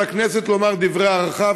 על הכנסת לומר דברי הערכה,